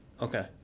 okay